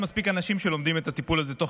אין מספיק אנשים שלומדים את הטיפול הזה תוך